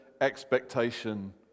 expectation